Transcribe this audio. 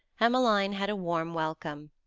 emmeline had a warm welcome.